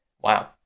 wow